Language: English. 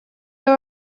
all